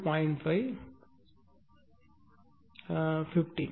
5 15